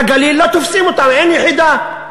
בגליל לא תופסים אותם, אין יחידה.